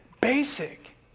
basic